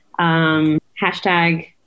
Hashtag